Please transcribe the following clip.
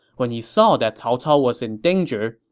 when he saw that cao cao was in danger,